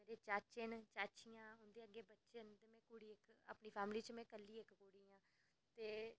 मेरे चाचे चाचियां उंदे अग्गें बच्चे न ते अपनी फैमिली च में कल्ली इक्क कुड़ी आं ते